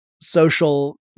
social